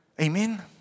Amen